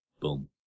Boom